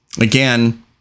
Again